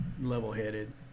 level-headed